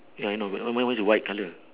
ya I know it's only the white colour